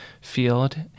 field